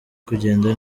kugenda